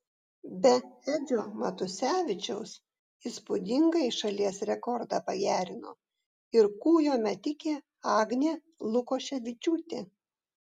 be edžio matusevičiaus įspūdingai šalies rekordą pagerino ir kūjo metikė agnė lukoševičiūtė